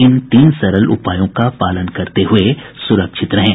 इन तीन सरल उपायों का पालन करते हुए सुरक्षित रहें